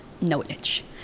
knowledge